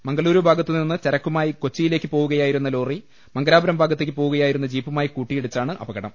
മംഗളുരു ഭാഗത്തുനിന്ന് ചരക്കു മായി കൊച്ചിയിലേക്ക് പോവുകയായിരുന്ന ലോറി മംഗലാപുരം ഭാഗത്തേക്ക് പോവുകയായിരുന്ന ജീപ്പുമായി കൂട്ടിയിട്ടിച്ചാണ് അപകടം